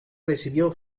recibió